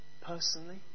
personally